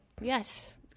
Yes